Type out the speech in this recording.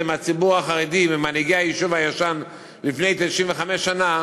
מהציבור החרדי וממנהיגי היישוב הישן לפני 95 שנה,